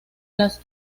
las